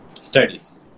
studies